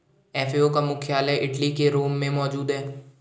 FAO का मुख्यालय Italy के रोम में मौजूद है